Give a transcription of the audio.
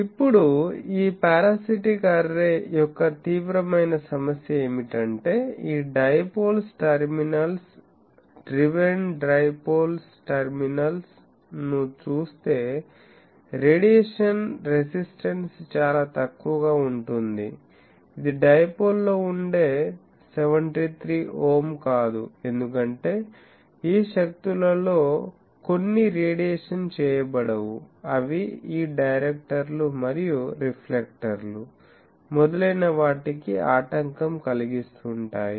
ఇప్పుడు ఈ parasitic array యొక్క తీవ్రమైన సమస్య ఏమిటంటే ఈ dipoles terminals driven dipoles terminal ను చూస్తే రేడియేషన్ రెసిస్టెన్స్ చాలా తక్కువగా ఉంటుంది ఇది డైపోల్ లో ఉండే 73 ఓం కాదు ఎందుకంటే ఈ శక్తులలో కొన్ని రేడియేషన్ చేయబడవు అవి ఈ డైరెక్టర్లు మరియు రిఫ్లెక్టర్లు మొదలైన వాటికి ఆటంకం కలిగిస్తుంటాయి